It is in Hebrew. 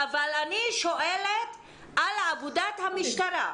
-- אבל אני שואלת על עבודת המשטרה,